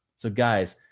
so guys,